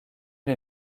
les